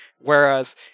whereas